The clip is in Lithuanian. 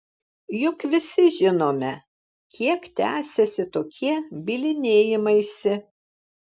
juk visi žinome kiek tęsiasi tokie bylinėjimaisi